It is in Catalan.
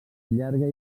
llarga